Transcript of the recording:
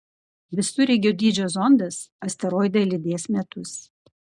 visureigio dydžio zondas asteroidą lydės metus